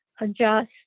adjust